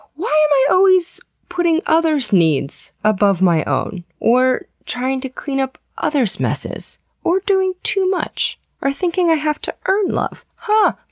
why am i always putting others' needs above my own or trying to clean up others messes or doing too much or thinking i have to earn love? huh?